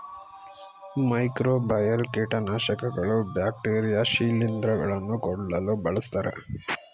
microbial ಕೀಟನಾಶಕಗಳು bacteria ಶಿಲಿಂದ್ರ ಗಳನ್ನು ಕೊಲ್ಲಲು ಬಳ್ಸತ್ತರೆ